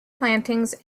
plantings